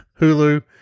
Hulu